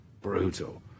brutal